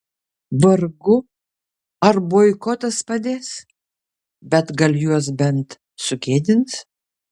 vargu ar boikotas padės bet gal juos bent sugėdins